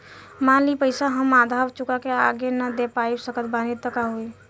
मान ली पईसा हम आधा चुका के आगे न दे पा सकत बानी त का होई?